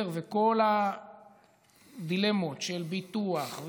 וכל הדילמות של ביטוח,